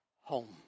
home